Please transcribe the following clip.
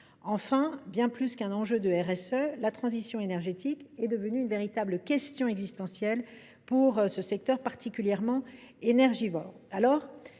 sociale des entreprises (RSE), la transition énergétique est devenue une véritable question existentielle pour ce secteur particulièrement énergivore.